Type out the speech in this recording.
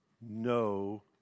no